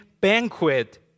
banquet